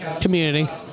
community